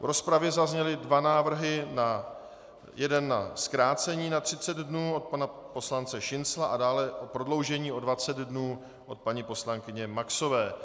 V rozpravě zazněly dva návrhy, jeden na zkrácení na 30 dnů od pana poslance Šincla a dále o prodloužení o 20 dnů o paní poslankyně Maxové.